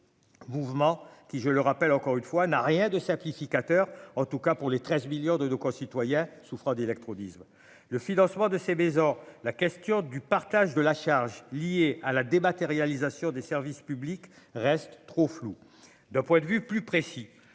mouvement qui je le rappelle, encore une fois, n'a rien de sacrificateur en tout cas pour les 13 millions de nos concitoyens, souffrant d'électro-le financement de ces maisons, la question du partage de la charge liée à la dématérialisation des services publics restent trop floues. D'un point de vue, plus précis,